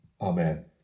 Amen